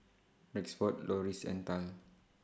Rexford Loris and Tal